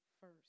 first